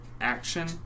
action